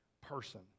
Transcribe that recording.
person